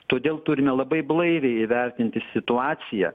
todėl turime labai blaiviai įvertinti situaciją